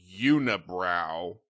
unibrow